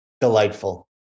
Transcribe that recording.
Delightful